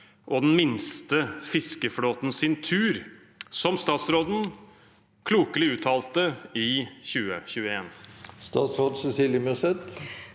og den minste fiskeflåten sin tur», som statsråden uttalte i 2021?»